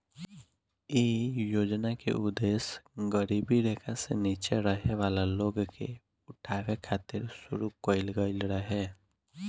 इ योजना के उद्देश गरीबी रेखा से नीचे रहे वाला लोग के उठावे खातिर शुरू कईल गईल रहे